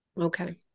okay